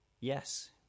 yes